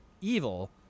evil